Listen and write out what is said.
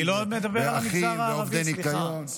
ואחים, ועובדי ניקיון.